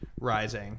rising